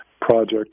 project